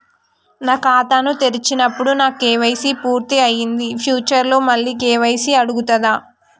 నేను ఖాతాను తెరిచినప్పుడు నా కే.వై.సీ పూర్తి అయ్యింది ఫ్యూచర్ లో మళ్ళీ కే.వై.సీ అడుగుతదా?